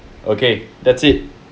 okay that's it